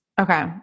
Okay